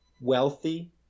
wealthy